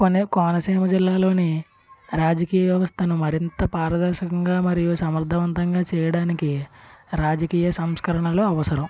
కొనే కోనసీమ జిల్లాలోని రాజకీయ వ్యవస్థను మరింత పారదర్శకంగా మరియు సమర్ధవంతంగా చేయడానికి రాజకీయ సంస్కరణలు అవసరం